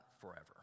forever